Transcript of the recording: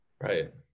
Right